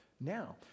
Now